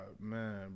man